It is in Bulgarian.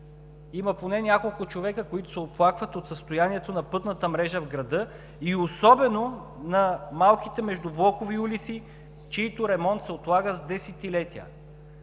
има поне няколко човека, които се оплакват от състоянието на пътната мрежа в града и особено на малките междублокови улици, чийто ремонт се отлага с десетилетия.